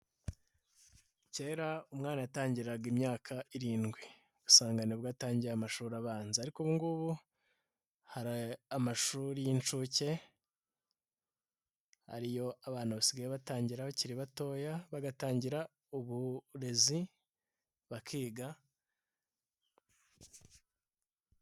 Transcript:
Kera umwana yatangiraga imyaka irindwi, ugasanga nibwo yatangiye amashuri abanza ariko ubu ngubu, hari amashuri y'inshuke, ariyo abantu basigaye batangira bakiri batoya, bagatangira uburezi bakiga.